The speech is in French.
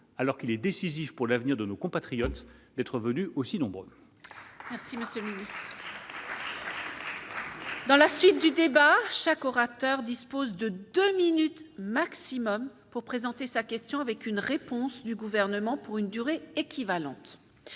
alors qu'il est décisif pour l'avenir de nos compatriotes d'être venus aussi nombreux. Dans la suite du débat chaque orateur dispose de 2 minutes maximum pour présenter sa question avec une réponse du gouvernement pour une durée équivalente